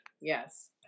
yes